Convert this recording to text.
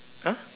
!huh!